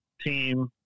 team